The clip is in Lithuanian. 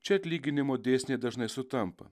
čia atlyginimo dėsniai dažnai sutampa